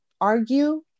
argue